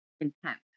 intent